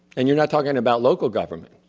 and you are not talking about local government,